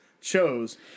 chose